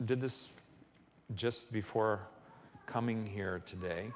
did this just before coming here today